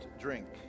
drink